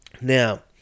Now